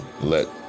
let